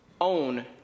Own